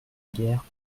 guerre